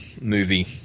movie